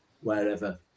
wherever